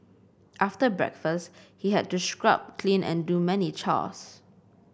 after breakfast he had to scrub clean and do many chores